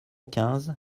quinze